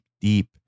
deep